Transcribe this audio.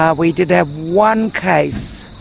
um we did have one case,